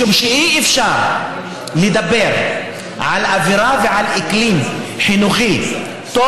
משום שאי-אפשר לדבר על אווירה ועל אקלים חינוכי טוב